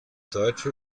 deutsche